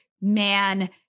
man